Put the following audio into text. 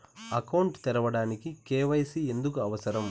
Account తెరవడానికి, KYC ఎందుకు అవసరం?